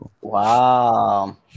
Wow